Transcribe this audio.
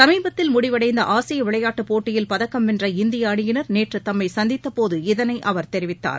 சமீபத்தில் முடிவடைந்த ஆசிய விளையாட்டுப் போட்டியில் பதக்கம் வென்ற இந்திய அணியினர் நேற்று தம்மை சந்தித்த போது இதனை அவர் தெரிவித்தார்